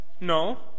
no